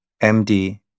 MD